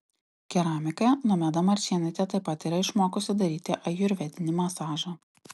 keramikė nomeda marčėnaitė taip pat yra išmokusi daryti ajurvedinį masažą